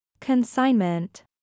Consignment